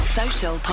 Social